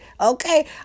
Okay